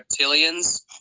reptilians